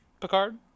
Picard